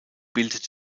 bildete